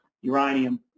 uranium